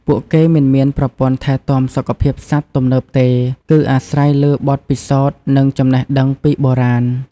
ពួកគេមិនមានប្រព័ន្ធថែទាំសុខភាពសត្វទំនើបទេ គឺអាស្រ័យលើបទពិសោធន៍និងចំណេះដឹងពីបុរាណ។